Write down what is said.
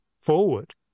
forward